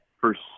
first